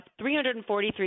343